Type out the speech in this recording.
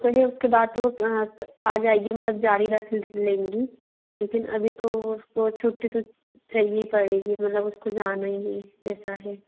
वो तो है उसके के बाद तो वो आ जाएगी मतलब जारी रख लेगी लेकिन अभी तो वो उसको छुट्टी तो चाहिए पड़ेगी मतलब उसको जाना ही है ऐसा है